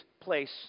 place